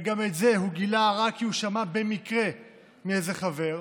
וגם את זה הוא גילה רק כי הוא שמע במקרה מאיזה חבר,